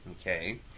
okay